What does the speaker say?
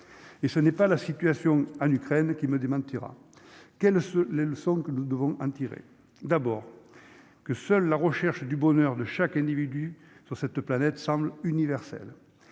et ce n'est pas la situation en Ukraine qui me démentira, quelles sont les leçons que nous devons en tirer d'abord que seule la recherche du bonheur de chaque individu sur cette planète semble universelle,